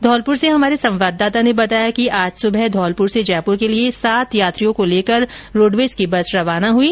धौलपुर से हमारे संवाददाता ने बताया कि आज सुबह धौलपुर से जयपुर के लिए सात यात्रियों को लेकर रोडवेज की बस रवाना हुई